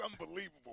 unbelievable